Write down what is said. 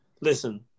listen